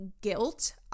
guilt